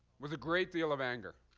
was a great deal of anger,